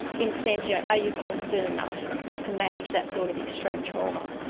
in a sense, you know, are you competent enough to manage that sort of extreme trauma?